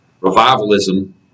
revivalism